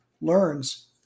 learns